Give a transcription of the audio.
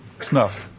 snuff